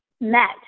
Met